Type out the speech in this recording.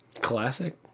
Classic